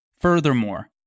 Furthermore